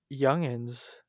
youngins